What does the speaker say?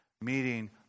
meeting